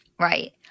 Right